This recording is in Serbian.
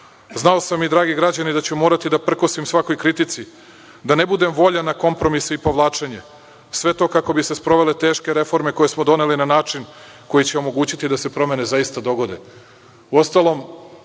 Znao sam i dragi građani da ću morati da prkosim svakoj kritici, da ne budem voljan na kompromise i povlačenje, sve to kako bi se sprovele teške reforme koje smo doneli na način koji će omogućiti da se promene zaista dogode.